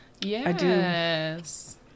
Yes